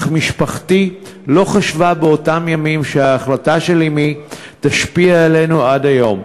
אך משפחתי לא חשבה באותם ימים שההחלטה של אמי תשפיע עלינו עד היום.